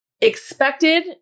expected